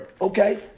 Okay